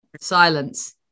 Silence